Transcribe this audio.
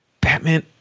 Batman –